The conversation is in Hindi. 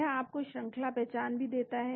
यह आपको श्रंखला पहचान भी देता है